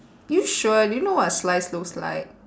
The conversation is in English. you sure do you know what a slice looks like